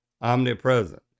omnipresent